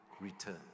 return